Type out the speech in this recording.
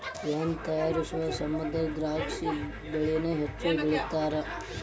wine ತಯಾರಿಸು ಸಮಂದ ದ್ರಾಕ್ಷಿ ಬಳ್ಳಿನ ಹೆಚ್ಚು ಬೆಳಿತಾರ